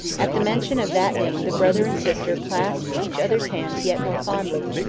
at the mention of that name the brother and sister clasped each other's hands yet more fondly,